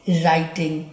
writing